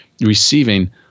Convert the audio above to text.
receiving